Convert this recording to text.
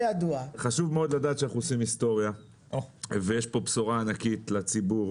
חשוב מאוד לדעת שאנחנו עושים היסטוריה ויש פה בשורה ענקית לציבור,